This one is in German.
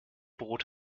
brot